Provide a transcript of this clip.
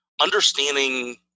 Understanding